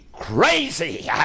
Crazy